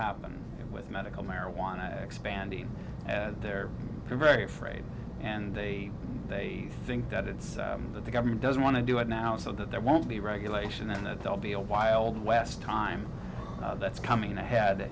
happen and with medical marijuana expanding and they're very afraid and they they think that it's that the government doesn't want to do it now so that there won't be regulation and that they'll be a wild west time that's coming ahead